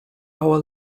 our